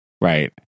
right